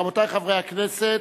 רבותי חברי הכנסת,